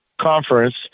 conference